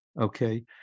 Okay